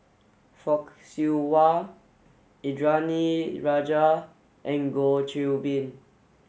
Fock Siew Wah Indranee Rajah and Goh Qiu Bin